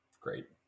great